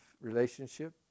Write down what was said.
relationship